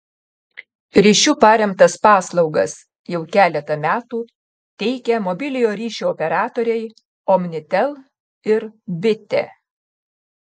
ryšiu paremtas paslaugas jau keletą metų teikia mobiliojo ryšio operatoriai omnitel ir bitė